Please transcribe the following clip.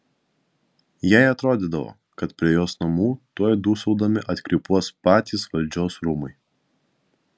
jai atrodydavo kad prie jos namų tuoj dūsaudami atkrypuos patys valdžios rūmai